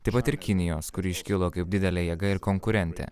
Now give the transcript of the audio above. taip pat ir kinijos kuri iškilo kaip didelė jėga ir konkurentė